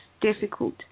difficult